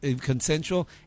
consensual